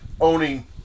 owning